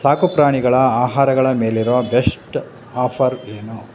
ಸಾಕು ಪ್ರಾಣಿಗಳ ಆಹಾರಗಳ ಮೇಲಿರೋ ಬೆಸ್ಟ್ ಆಫರ್ ಏನು